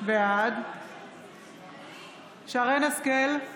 בעד שרן מרים השכל,